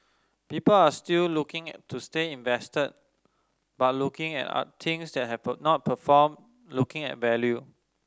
people are still looking to stay invested but looking at things that have not performed looking at value